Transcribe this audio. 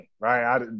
right